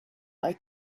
they